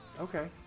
Okay